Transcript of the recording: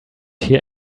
hear